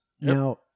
Now